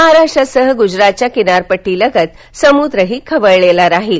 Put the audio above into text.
महाराष्ट्रासह गुजरातच्या किनारपट्टीलगत समुद्रही खवळलेला राहील